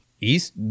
East